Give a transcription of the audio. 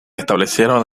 establecieron